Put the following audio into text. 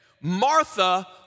Martha